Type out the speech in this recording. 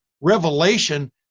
revelation